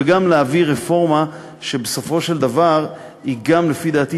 וגם להביא רפורמה שבסופו של דבר לפי דעתי